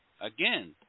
Again